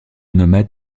nomades